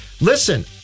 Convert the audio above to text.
Listen